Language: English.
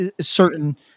certain